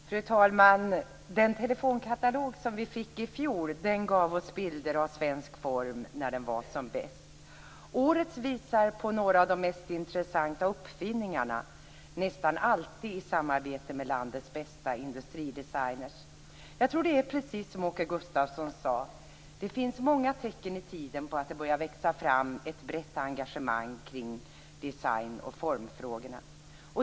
Fru talman! Den telefonkatalog som vi fick i fjol gav oss bilder av svensk form när den var som bäst. Årets kataloger visar på några av de mest intressanta uppfinningarna, nästan alltid i samarbete med landets bästa industridesigner. Jag tror att det är precis som Åke Gustavsson sade. Det finns många tecken i tiden på att det börjar växa fram ett brett engagemang kring design och formfrågor.